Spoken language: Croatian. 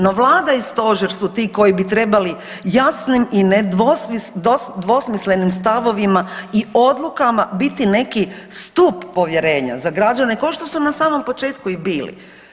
No vlada i stožer su ti koji bi trebali jasnim i nedvosmislenim stavovima i odlukama biti neki stup povjerenja za građane košto su na samom početku i bili.